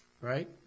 Right